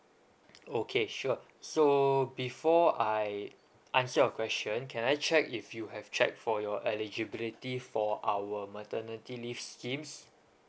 okay sure so before I answer your question can I check if you have checked for your eligibility for our maternity leave schemes